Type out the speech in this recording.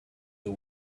the